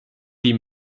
die